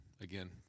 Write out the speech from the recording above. again